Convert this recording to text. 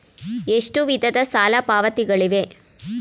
ಎಷ್ಟು ವಿಧದ ಸಾಲ ಪಾವತಿಗಳಿವೆ?